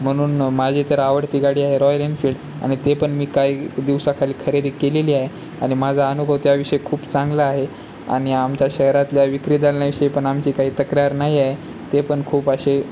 म्हणून माझी तर आवडती गाडी आहे रॉयल एनफिल्ड आणि ते पण मी काही दिवसाखाली खरेदी केलेली आहे आणि माझा अनुभव त्याविषयी खूप चांगला आहे आणि आमच्या शहरातल्या विक्री दालनाविषयी पण आमची काही तक्रार नाही आहे ते पण खूप असे